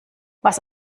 was